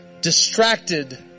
distracted